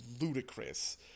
ludicrous